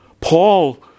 Paul